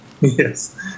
yes